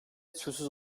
suçsuz